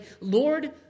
Lord